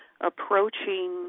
approaching